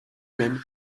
même